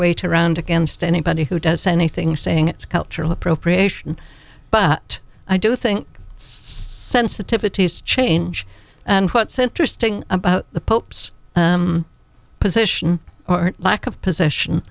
weight around against anybody who does anything saying it's cultural appropriation but i do think it's sensitivities change and what's interesting about the pope's position or lack of pos